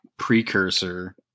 precursor